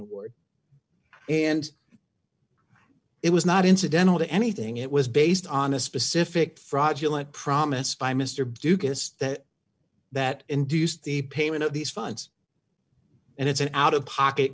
and it was not incidental to anything it was based on a specific fraudulent promise by mr ducasse that that induced the payment of these funds and it's an out of pocket